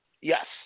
Yes